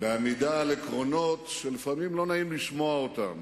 בעמידה על עקרונות שלפעמים לא נעים לשמוע אותם